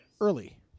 early